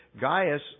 Gaius